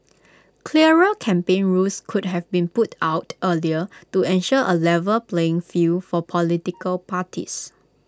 clearer campaign rules could have been put out earlier to ensure A level playing field for political parties